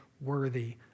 worthy